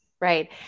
Right